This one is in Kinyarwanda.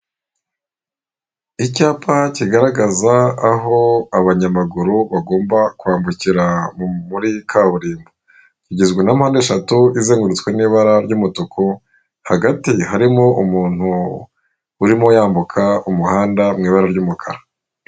Icyapa kigaragaza aho abanyamaguru bagomba kwambukira muri kaburimbo, kigizwe na mpande eshatu izengurutswe n'ibara ry'umutuku, hagati harimo umuntu urimo yambuka umuhanda mw’ibara ry'umukara.